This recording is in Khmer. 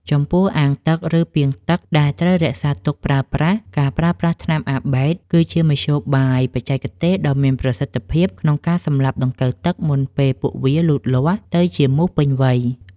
ចំពោះអាងទឹក ឬពាងទឹកដែលត្រូវរក្សាទុកប្រើប្រាស់ ការប្រើប្រាស់ថ្នាំអាបែត (Abate) គឺជាមធ្យោបាយបច្ចេកទេសដ៏មានប្រសិទ្ធភាពក្នុងការសម្លាប់ដង្កូវទឹកមុនពេលពួកវាលូតលាស់ទៅជាមូសពេញវ័យ។